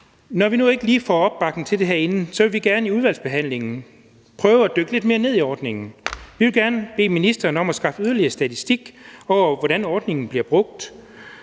Når vi nu ikke lige får opbakning til det herinde, vil vi gerne i udvalgsbehandlingen prøve at dykke lidt mere ned i ordningen. Vi vil gerne bede ministeren om at skaffe yderligere statistik over, hvordan ordningen bliver brugt,